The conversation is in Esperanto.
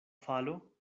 falo